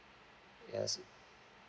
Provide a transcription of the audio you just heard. yes